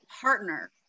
partner